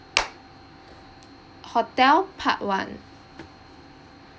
hotel part one